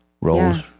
roles